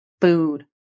food